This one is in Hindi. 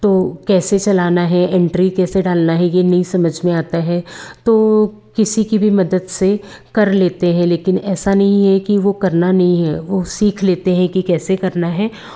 तो कैसे चलना है एंट्री कैसे डालना है ये नहीं समझ में आता है तो किसी कि भी मदद से कर लेते हैं लेकिन ऐसा नहीं है कि वो करना नहीं है वो सीख लेते हैं कि कैसे करना है